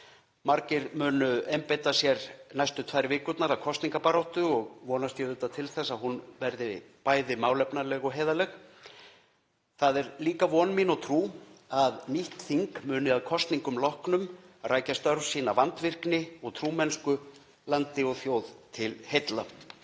Margir munu einbeita sér næstu tvær vikurnar og kosningabaráttu og vonast ég auðvitað til þess að hún verði bæði málefnaleg og heiðarleg. Það er líka von mín og trú að nýtt þing muni að kosningum loknum rækja störf sín af vandvirkni og trúmennsku, landi og þjóð til heilla.